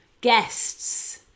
guests